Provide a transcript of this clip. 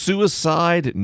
Suicide